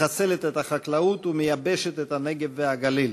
מחסלת את החקלאות ומייבשת את הנגב והגליל,